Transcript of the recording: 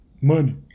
money